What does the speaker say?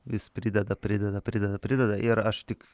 vis prideda prideda prideda prideda ir aš tik